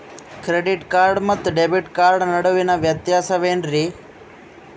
Credit card ಮತ್ತು debit card ನಡುವಿನ ವ್ಯತ್ಯಾಸ ವೇನ್ರೀ?